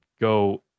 go